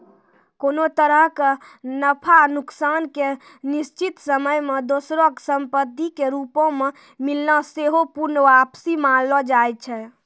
कोनो तरहो के नफा नुकसान के निश्चित समय मे दोसरो संपत्ति के रूपो मे मिलना सेहो पूर्ण वापसी मानलो जाय छै